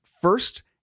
first